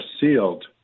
sealed